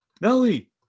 Nelly